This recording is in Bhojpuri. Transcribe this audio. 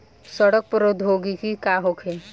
सड़न प्रधौगकी का होखे?